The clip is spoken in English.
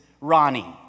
Ronnie